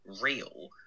real